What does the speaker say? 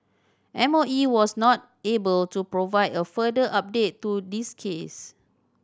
M O E was not able to provide a further update to this case